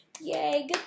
Yay